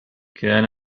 كان